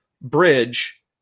bridge